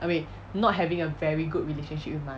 I mean not having a very good relationship with my